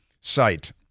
site